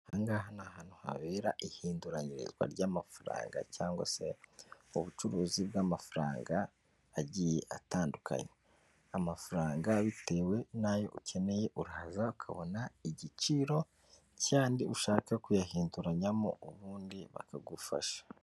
Aha ngaha ni ahantu habera ihinduranyirizwa ry'amafaranga cyangwa se ubucuruzi bw'amafaranga agiye atandukanye, amafaranga bitewe n'ayo ukeneye, uraza ukabona igiciro cy'andi ushaka kuyahinduranyamo ubundi bakagufasha.